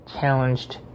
challenged